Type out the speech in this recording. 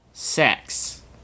Sex